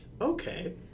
Okay